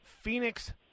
Phoenix